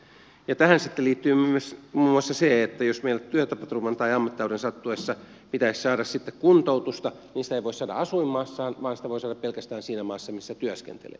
tähän liittyy myös muun muassa se että jos meidän työtapaturman tai ammattitaudin sattuessa pitäisi saada kuntoutusta niin sitä ei voi saada asuinmaassaan vaan sitä voi saada pelkästään siinä maassa missä työskentelee